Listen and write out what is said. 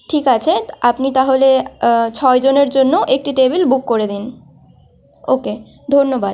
ঠিক আছে আপনি তাহলে ছয়জনের জন্য একটি টেবিল বুক করে দিন ওকে ধন্যবাদ